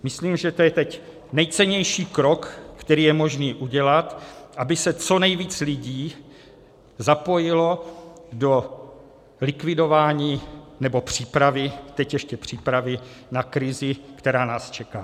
Myslím, že to je teď nejcennější krok, který je možné udělat, aby se co nejvíce lidí zapojilo do likvidování nebo přípravy teď ještě přípravy na krizi, která nás čeká.